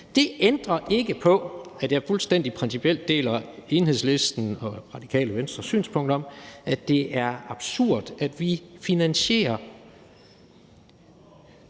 Det ændrer ikke på, at jeg fuldstændig principielt deler Enhedslisten og Radikale Venstres synspunkt om, at det er absurd, at vi finansierer